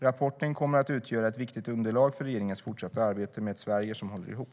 Rapporten kommer att utgöra ett viktigt underlag för regeringens fortsatta arbete med ett Sverige som håller ihop.